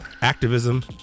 activism